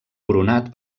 coronat